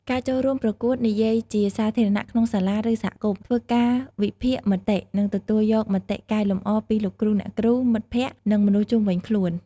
ការចូលរួមប្រកួតនិយាយជាសាធារណៈក្នុងសាលា ឬសហគមន៍ ធ្វើការវិភាគមតិ និងទទួលយកមតិកែលម្អពីលោកគ្រូអ្នកគ្រូ មិត្តភក្តិ និងមនុស្សជុំវិញខ្លួន។